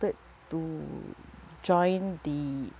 to join the